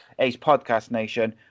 AcePodcastNation